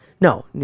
No